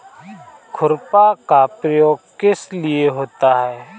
खुरपा का प्रयोग किस लिए होता है?